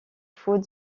faut